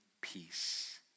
peace